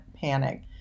panic